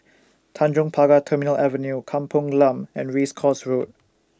Tanjong Pagar Terminal Avenue Kampung Glam and Race Course Road